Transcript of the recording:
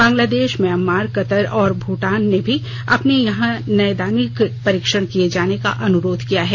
Bangladesh Myanmar Qatar और भूटान ने भी अपने यहां नैदानिक परीक्षण किए जाने का अनुरोध किया है